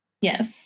Yes